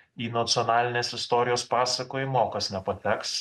į nacionalinės istorijos pasakojimą o kas nepateks